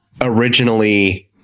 originally